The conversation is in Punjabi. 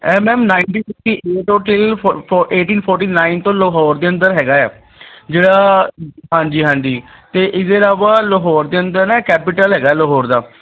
M M ninety sixty eight ਤੋਂ ਟਿਲ ਏਟੀਨ ਫੋਰਟੀ ਨਾਈਨ ਤੋਂ ਲਾਹੌਰ ਦੇ ਅੰਦਰ ਹੈਗਾ ਆ ਜਿਹੜਾ ਹਾਂਜੀ ਹਾਂਜੀ ਅਤੇ ਇਹਦੇ ਇਲਾਵਾ ਲਾਹੌਰ ਦੇ ਅੰਦਰ ਨਾ ਕੈਪੀਟਲ ਹੈਗਾ ਲਾਹੌਰ ਦਾ